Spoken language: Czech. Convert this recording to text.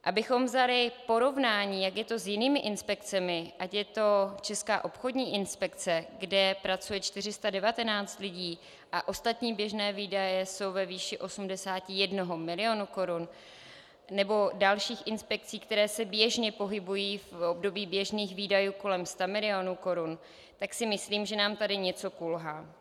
Abychom vzali porovnání, jak je to s jinými inspekcemi, ať je to Česká obchodní inspekce, kde pracuje 419 lidí a ostatní běžné výdaje jsou ve výši 81 milionu korun, nebo dalších inspekcí, které se běžně pohybují v období běžných výdajů kolem 100 milionů korun, tak si myslím, že nám tady něco kulhá.